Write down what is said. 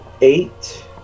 eight